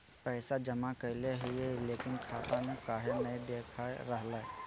पैसा जमा कैले हिअई, लेकिन खाता में काहे नई देखा रहले हई?